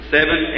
Seven